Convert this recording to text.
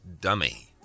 dummy